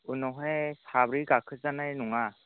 उनावहाय साब्रै गाखो जानाय नङा